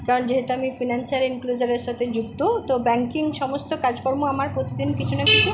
কারণ যেহেতু আমি ফিনানশিয়াল ইনক্লোসারের সাথে যুক্ত তো ব্যাংকিং সমস্ত কাজকর্ম আমার প্রতিদিন কিছু না কিছু